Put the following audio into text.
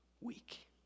weak